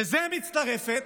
צודק.